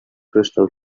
crystal